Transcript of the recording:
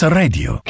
radio